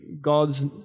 God's